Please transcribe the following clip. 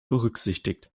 berücksichtigt